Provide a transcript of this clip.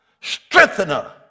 strengthener